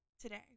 today